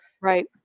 Right